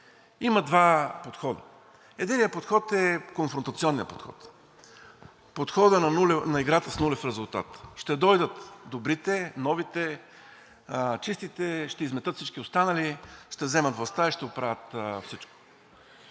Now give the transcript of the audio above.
Има два подхода. Единият подход е конфронтационният подход, подходът на играта с нулев резултат. Ще дойдат добрите, новите, чистите, ще изметат всички останали, ще вземат властта и ще оправят всичко.